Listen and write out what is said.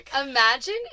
Imagine